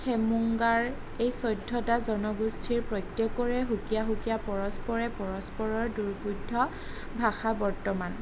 খেমুংগাৰ এই চৈধ্যটা জনগোষ্ঠীৰ প্ৰত্যেকৰে সুকীয়া সুকীয়া পৰস্পৰে পৰস্পৰৰ দুৰ্বোধ্য ভাষা বৰ্তমান